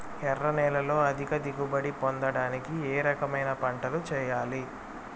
ఎర్ర నేలలో అధిక దిగుబడి పొందడానికి ఏ రకమైన పంటలు చేయాలి?